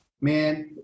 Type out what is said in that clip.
man